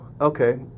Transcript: Okay